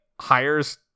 hires